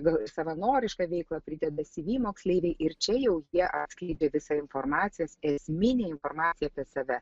gal savanorišką veiklą prideda cv moksleiviai ir čia jau jie atskleidė visą informacijos esminę informaciją apie save